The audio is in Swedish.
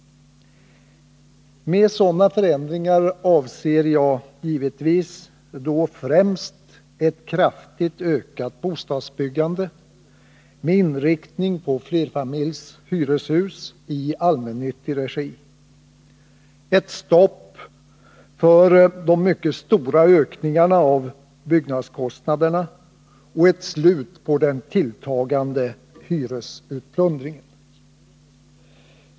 Med sådana förändringar avser jag givetvis främst ett kraftigt ökat bostadsbyggande med inriktning på flerfamiljshyreshus i allmännyttig regi, ett stopp för de mycket stora ökningarna av byggnadskostnaderna och ett slut på den tilltagande hyresutplundringen.